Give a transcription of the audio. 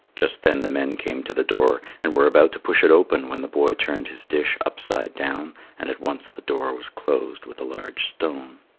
just then the men came to the door and were about to push it open when the boy turned his dish up-side-down and at once the door was closed with a large stone.